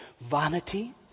Vanity